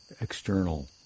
external